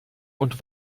und